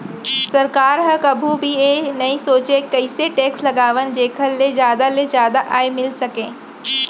सरकार ह कभू भी ए नइ सोचय के कइसे टेक्स लगावन जेखर ले जादा ले जादा आय मिल सकय